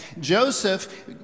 Joseph